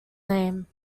name